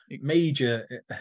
major